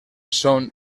són